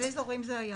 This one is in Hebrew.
באיזה אזורים זה היה